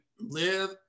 live